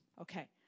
Okay